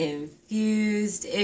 Infused